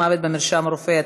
מוות במרשם רופא),